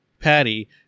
Patty